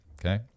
Okay